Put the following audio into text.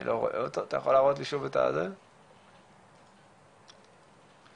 אני עומד בראש התנועה להגנת הציבור